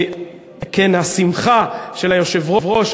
כן, השמחה, של היושב-ראש,